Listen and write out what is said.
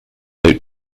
out